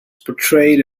portrayed